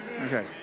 Okay